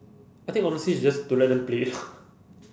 I think honestly is just to let them play it lor